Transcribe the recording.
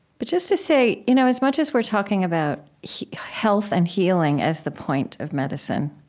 but just to say, you know as much as we're talking about health and healing as the point of medicine,